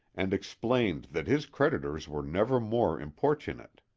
and explained that his creditors were never more importunate.